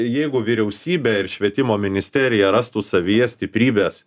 jeigu vyriausybė ir švietimo ministerija rastų savyje stiprybės